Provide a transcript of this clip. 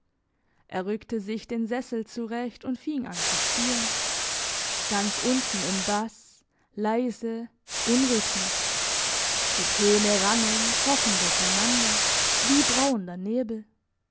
er rückte sich den sessel zurecht und fing an zu spielen ganz unten im bass leise unrhythmisch die töne rannen krochen durcheinander wie brauender nebel